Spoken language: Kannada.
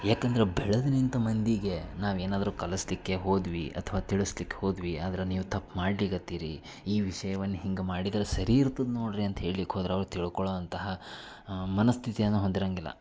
ಯಾಕಂದ್ರೆ ಬೆಳೆದು ನಿಂತ ಮಂದಿಗೆ ನಾವು ಏನಾದರೂ ಕಲಿಸ್ಲಿಕ್ಕೆ ಹೋದ್ವಿ ಅಥ್ವಾ ತಿಳಿಸ್ಲಿಕ್ಕೆ ಹೋದ್ವಿ ಆದ್ರೆ ನೀವು ತಪ್ಪು ಮಾಡಲಿಕತ್ತೀರಿ ಈ ವಿಷಯವನ್ನು ಹಿಂಗೆ ಮಾಡಿದ್ರೆ ಸರಿ ಇರ್ತದೆ ನೋಡಿರಿ ಅಂತ ಹೇಳ್ಲಿಕ್ಕೆ ಹೋದ್ರೆ ಅವ್ರು ತಿಳ್ಕೊಳ್ಳೊ ಅಂತಹ ಮನಸ್ಥಿತಿಯನ್ನು ಹೊಂದಿರಂಗಿಲ್ಲ